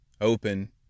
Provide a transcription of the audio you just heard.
open